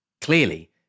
Clearly